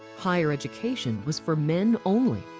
higher education was for men only.